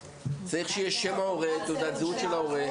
צריך שהיה שם ההורה, תעודת זהות של ההורה.